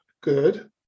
good